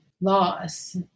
loss